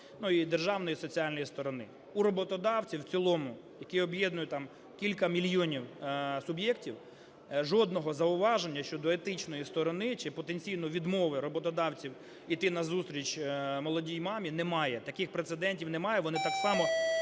ну і державної соціальної сторони. У роботодавців в цілому, які об'єднують там кілька мільйонів суб'єктів, жодного зауваження щодо етичної сторони чи потенційної відмови роботодавців йти назустріч молодій мамі немає, таких прецедентів немає. Вони так само